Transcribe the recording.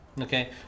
Okay